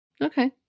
Okay